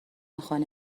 خانه